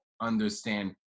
understand